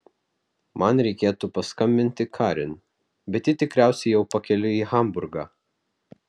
man reikėtų paskambinti karin bet ji tikriausiai jau pakeliui į hamburgą